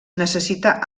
necessita